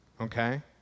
okay